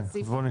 בסדר.